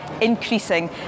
increasing